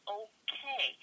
okay